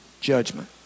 Judgment